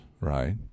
Right